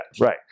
Right